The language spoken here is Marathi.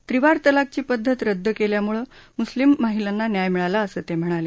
त्रिवार तलाकची पद्धत रद्द केल्यामुळे मुस्लीम महिलांना न्याय मिळाला असं ते म्हणाले